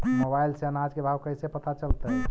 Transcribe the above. Mobile से अनाज के भाव कैसे पता चलतै?